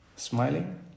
smiling